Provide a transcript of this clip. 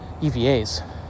EVAs